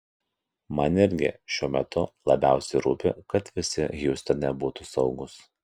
man irgi šiuo metu labiausiai rūpi kad visi hjustone būtų saugūs